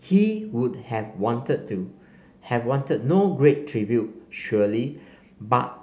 he would have wanted to have wanted no great tribute surely but